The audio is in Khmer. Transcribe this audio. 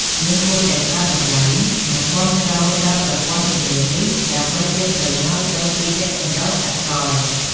យើងគួរតែផ្តល់តម្លៃ និងគាំទ្រដល់ប្រព័ន្ធជំនឿនេះ ដើម្បីជាប្រយោជន៍ដល់ជីវចម្រុះសកល។